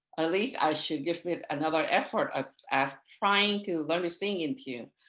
ah least i should give it another effort ah as trying to learn to sing in tune.